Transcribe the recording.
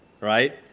right